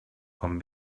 com